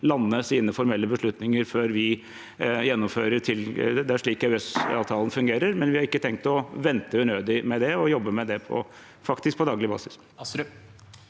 lande sine formelle beslutninger før vi gjennomfører. Det er slik EØS-avtalen fungerer, men vi har ikke tenkt å vente unødig med det, og vi jobber med det, faktisk på daglig basis.